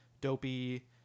dopey